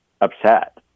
upset